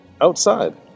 outside